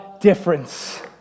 difference